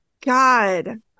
God